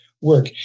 work